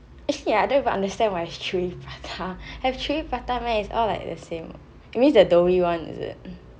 actually I don't even understand why it's three prata have three prata meh it's all like the same you mean the doughy one is it